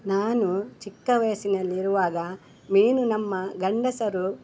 ನಾನು ಚಿಕ್ಕ ವಯಸ್ಸಿನಲ್ಲಿರುವಾಗ ಮೀನು ನಮ್ಮ ಗಂಡಸರು